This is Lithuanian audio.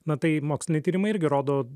matai moksliniai tyrimai irgi rodo